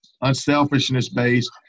unselfishness-based